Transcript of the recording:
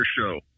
show